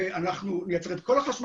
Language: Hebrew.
הכיוון שלנו